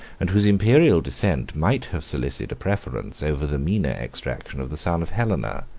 and whose imperial descent might have solicited a preference over the meaner extraction of the son of helena.